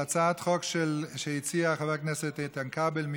על הצעת החוק שהציע חבר הכנסת איתן כבל.